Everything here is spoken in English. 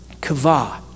kava